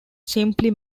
simply